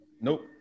Nope